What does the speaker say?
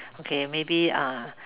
okay maybe uh